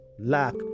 lack